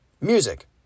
music